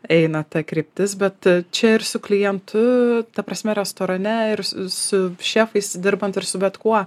eina ta kryptis bet čia ir su klientu ta prasme restorane ir su šefais dirbant ir su bet kuo